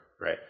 right